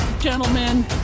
gentlemen